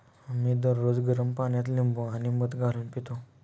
मी दररोज गरम पाण्यात लिंबू आणि मध घालून पितो